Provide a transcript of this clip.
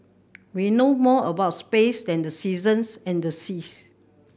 we know more about space than the seasons and the seas